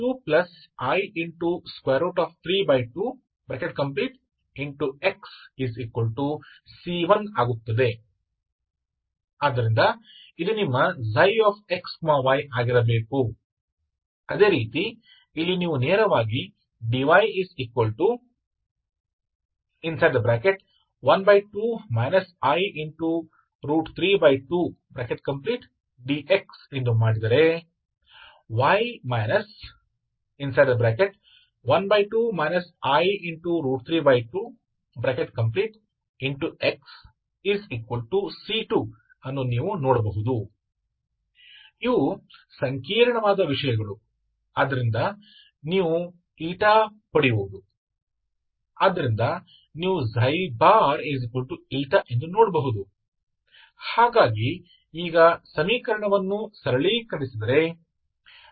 इसलिए जब मेरे पास यह है तो मुझे पता है कि यदि आप वास्तव में कम करते हैं यदि आप कम करते हैं यदि आप अब इस चर और के संदर्भ में uxxuxy और uyy और ux की तलाश करने का प्रयास करते हैं और आप जानते हैं कि यह uξη प्लस निम्न क्रम की शर्तों के बराबर हो जाएगा शून्य